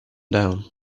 down